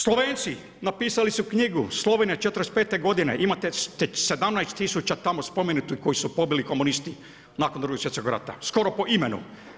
Slovenci, napisali su knjigu, Slovenija '45. godine, imate 17 000 tamo spomenuto koji su pobili komunisti nakon Drugog svjetskog rata, skoro po imenu.